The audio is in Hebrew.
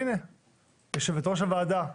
יושבת-ראש הוועדה,